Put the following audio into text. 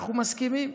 אנחנו מסכימים.